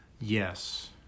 Yes